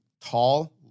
tall